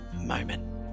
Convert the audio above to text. moment